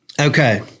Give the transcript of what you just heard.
Okay